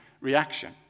reaction